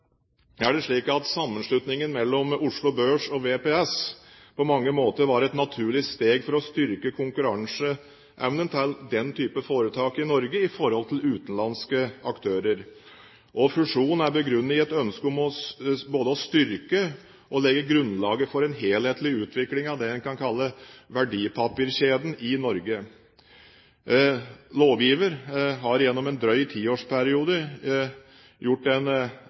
er det slik at sammenslutningen mellom Oslo Børs og VPS på mange måter var et naturlig steg for å styrke konkurranseevnen til den type foretak i Norge i forhold til utenlandske aktører. Fusjonen er begrunnet i et ønske om både å styrke og legge grunnlaget for en helhetlig utvikling av det en kan kalle verdipapirkjeden i Norge. Lovgiver har gjennom en drøy tiårsperiode gjort en